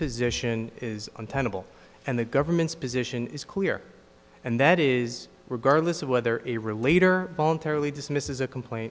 position is untenable and the government's position is clear and that is regardless of whether a relator voluntarily dismisses a complaint